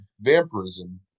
vampirism